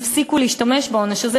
והפסיקו להשתמש בעונש הזה,